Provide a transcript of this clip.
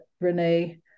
Renee